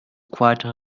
quite